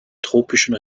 tropischen